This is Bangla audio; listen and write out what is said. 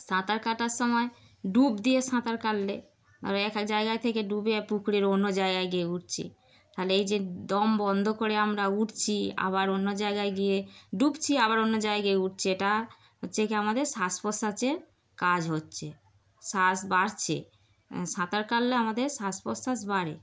সাঁতার কাটার সময় ডুব দিয়ে সাঁতার কাটলে ধর এক এক জায়গায় থেকে ডুবে পুকুরের অন্য জায়গায় গিয়ে উঠছে তাহলে এই যে দম বন্ধ করে আমরা উঠছি আবার অন্য জায়গায় গিয়ে ডুবছি আবার অন্য জায়গায় গিয়ে উঠছে এটা হচ্ছে কি আমাদের শ্বাস প্রশ্বাসের কাজ হচ্ছে শ্বাস বাড়ছে সাঁতার কাটলে আমাদের শ্বাস প্রশ্বাস বাড়ে